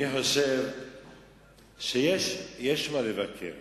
חושב שיש מה לבקר